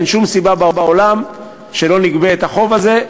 אין שום סיבה בעולם שלא נגבה את החוב הזה.